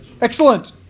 Excellent